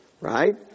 right